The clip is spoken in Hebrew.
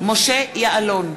משה יעלון,